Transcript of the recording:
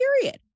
period